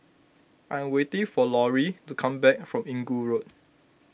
I am waiting for Lauri to come back from Inggu Road